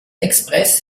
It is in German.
express